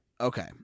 Okay